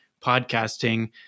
podcasting